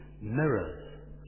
mirrors